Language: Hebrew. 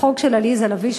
החוק של עליזה לביא,